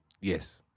yes